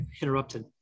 interrupted